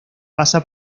pasa